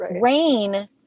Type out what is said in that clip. rain